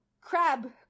Crab